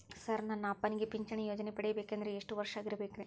Sir ನನ್ನ ಅಪ್ಪನಿಗೆ ಪಿಂಚಿಣಿ ಯೋಜನೆ ಪಡೆಯಬೇಕಂದ್ರೆ ಎಷ್ಟು ವರ್ಷಾಗಿರಬೇಕ್ರಿ?